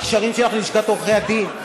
הקשרים שלך ללשכת עורכי-הדין,